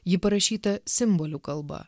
ji parašyta simbolių kalba